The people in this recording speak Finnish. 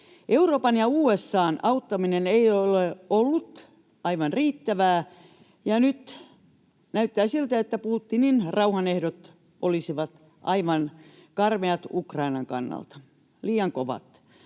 Euroopan ja USA:n auttaminen ei ole ollut aivan riittävää, ja nyt näyttää siltä, että Putinin rauhanehdot olisivat aivan karmeat Ukrainan kannalta, liian kovat.